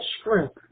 strength